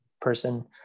person